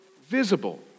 visible